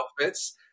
outfits